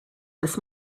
this